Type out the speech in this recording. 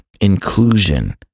inclusion